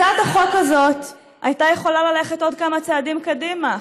הצעת החוק הזאת הייתה יכולה ללכת עוד כמה צעדים קדימה.